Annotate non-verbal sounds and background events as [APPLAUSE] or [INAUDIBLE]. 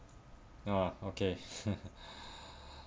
ah okay [LAUGHS]